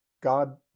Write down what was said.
god